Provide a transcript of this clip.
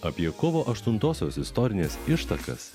apie kovo aštuntosios istorines ištakas